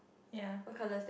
ya